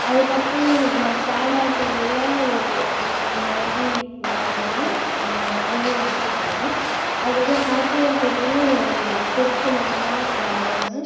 அதுக்கப்பறம் நான் சேடாக இருக்ககுள்ள ஒரு ஒரு மாதிரி வரைவேன் ஓவியம் தீட்டுவேன் அதுக்கப்பறம் ஹாப்பியாக இருக்ககுள்ளயும் ஒரு சிரித்த முகமா வரைவேன்